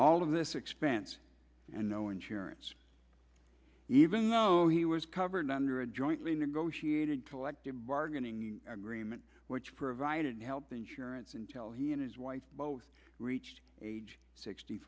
all of this expense and no insurance even though he was covered under a jointly negotiated to let bargaining agreement which provided health insurance until he and his wife both reached age sixty